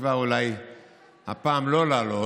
כבר אולי הפעם לא לעלות,